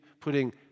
putting